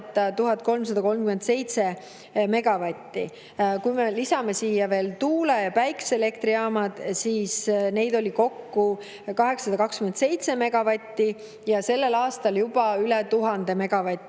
1337 megavatti. Kui me lisame siia veel tuule- ja päikeseelektrijaamad, siis neid oli kokku 827 megavatti ja sellel aastal on juba üle 1000 megavati,